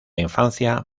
infancia